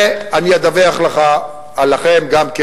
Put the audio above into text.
ואני אדווח לך, לכם גם כן.